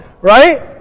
right